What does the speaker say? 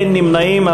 אין נמנעים.